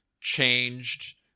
changed